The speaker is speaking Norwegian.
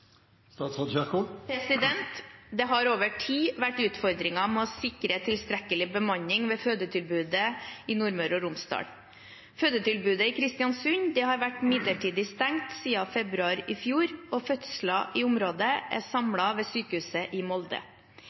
Det har over tid vært utfordringer med å sikre tilstrekkelig bemanning ved fødetilbudet i Nordmøre og Romsdal. Fødetilbudet i Kristiansund har vært midlertidig stengt siden februar i fjor, og fødsler i området er samlet ved sykehuset i Molde.